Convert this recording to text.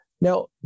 Now